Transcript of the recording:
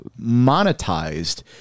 monetized